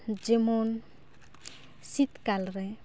ᱡᱮᱢᱚᱱ ᱥᱤᱛ ᱠᱟᱞᱨᱮ